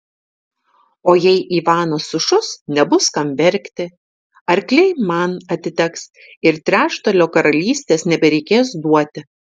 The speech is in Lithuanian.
o jei ivanas sušus nebus kam verkti arkliai man atiteks ir trečdalio karalystės nebereikės duoti